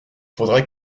faudrait